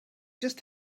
just